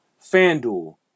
FanDuel